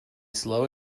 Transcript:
slow